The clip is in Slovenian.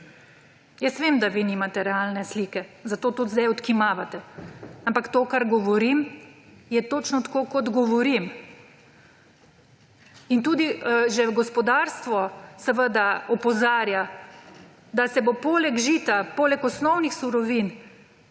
Jaz vem, da vi nimate realne slike, zato tudi zdaj odkimavate. Ampak to, kar govorim, je točno tako, kot govorim. In tudi gospodarstvo že opozarja, da se bodo poleg cene žita, poleg osnovnih surovin